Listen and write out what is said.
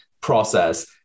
process